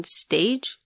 stage